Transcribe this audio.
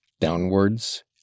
downwards